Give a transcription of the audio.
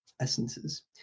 Essences